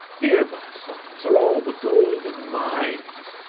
here, my sons, are all the golden mines,